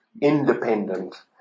independent